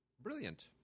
Brilliant